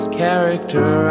character